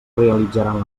realitzaran